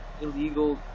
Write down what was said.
illegal